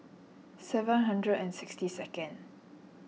seven hundred and sixty second